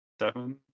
seven